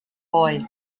boy